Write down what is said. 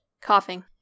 coughing